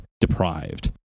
deprived